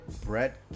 brett